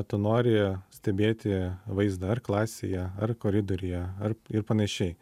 tu nori stebėti vaizdą ar klasėje ar koridoriuje ar ir panašiai